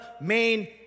main